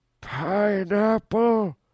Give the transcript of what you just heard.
Pineapple